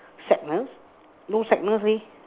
sadness no sadness leh